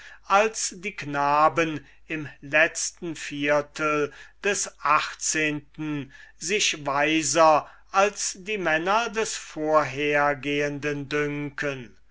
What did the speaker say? als die knaben im letzten viertel des achtzehnten sich weiser als die männer des vorgehenden dünken